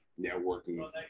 networking